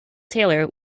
taylor